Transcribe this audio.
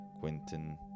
quentin